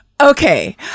Okay